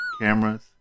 Cameras